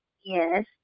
Yes